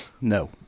No